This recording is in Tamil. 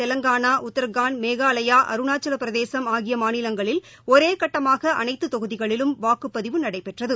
தெலங்கானா உத்தராக்காண்ட் மேகாலயா அருணாச்சலபிரதேஷ் ஆகியமாநிலங்களில் ஆந்திரா ஒரேகட்டமாகஅனைத்துதொகுதிகளிலும் வாக்குப்பதிவு நடைபெற்றது